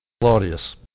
claudius